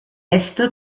äste